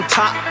top